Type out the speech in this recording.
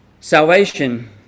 Salvation